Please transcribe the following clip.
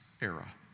era